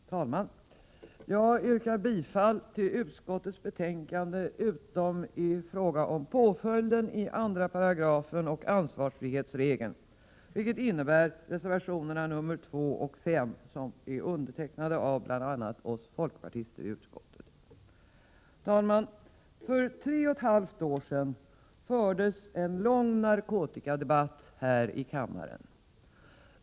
Herr talman! Jag yrkar bifall till utskottets hemställan utom i fråga om påföljden i 2 § och i fråga om ansvarsfrihetsregeln, där jag yrkar bifall till reservationerna 3 och 5, vilka bl.a. folkpartisterna i utskottet står bakom. Herr talman! För tre och ett halvt år sedan fördes en lång narkotikadebatt här i kammaren.